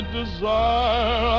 desire